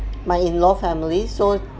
my in law family so